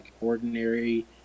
ordinary